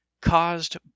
caused